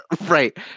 Right